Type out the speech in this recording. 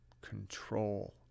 control